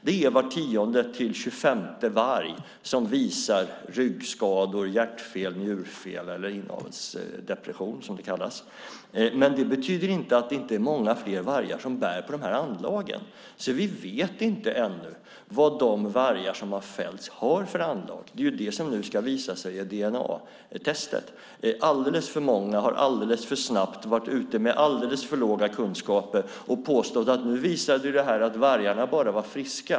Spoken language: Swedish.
Det är var tionde till tjugofemte varg som visar ryggskador, hjärtfel, njurfel eller inavelsdepression, som det kallas. Det betyder inte att det inte är många fler vargar som bär på dessa anlag. Vi vet därför ännu inte vilka anlag de vargar som har fällts har. Det är det som nu ska visa sig vid dna-test. Alldeles för många har alldeles för snabbt varit ute med alldeles för dåliga kunskaper och påstått att detta visade att vargarna var friska.